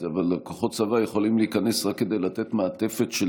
אבל כוחות צבא יכולים להיכנס רק כדי לתת מעטפת של